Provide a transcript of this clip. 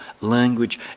language